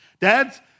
Dads